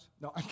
No